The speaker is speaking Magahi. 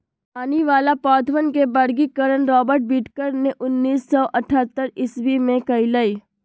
पानी वाला पौधवन के वर्गीकरण रॉबर्ट विटकर ने उन्नीस सौ अथतर ईसवी में कइलय